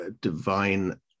divine